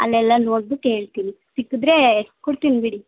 ಅಲ್ಲೆಲ್ಲ ನೋಡ್ಬಿಟ್ಟು ಹೇಳ್ತೀನಿ ಸಿಕ್ಕಿದ್ರೆ ಎತ್ಕೊಡ್ತೀನಿ ಬಿಡಿ